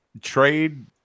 trade